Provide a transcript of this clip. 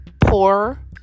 poor